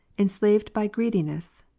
enslaved by greediness,